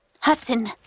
Hudson